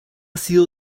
sido